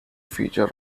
feature